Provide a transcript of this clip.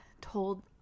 told